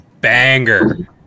banger